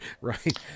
Right